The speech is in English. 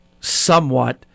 somewhat